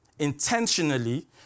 Intentionally